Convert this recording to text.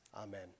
Amen